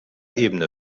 ebene